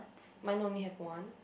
mine only have one